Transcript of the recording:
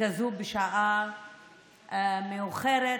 כזו בשעה מאוחרת,